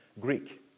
Greek